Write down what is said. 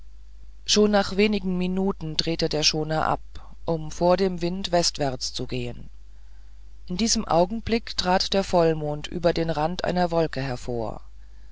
schon nach wenigen minuten drehte der schoner ab um vor dem wind westwärts zu gehen in diesem augenblick trat der vollmond über den rand einer wolke hervor